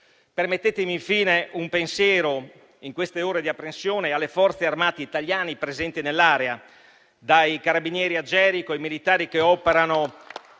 Permettetemi infine un pensiero, in queste ore di apprensione, alle Forze armate italiane presenti nell'area, dai Carabinieri a Gerico ai militari che operano